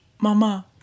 mama